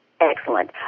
Excellent